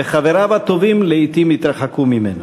וחבריו הטובים לעתים התרחקו ממנו.